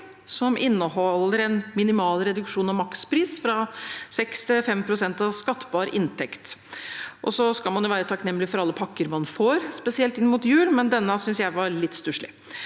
som inneholder en minimal reduksjon av maksprisen, fra 6 pst. til 5 pst. av skattbar inntekt. Man skal være takknemlig for alle pakker man får, spesielt inn mot jul, men denne synes jeg var litt stusslig.